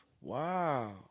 Wow